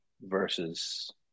versus